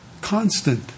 Constant